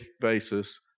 basis